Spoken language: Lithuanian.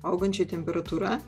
augančia temperatūra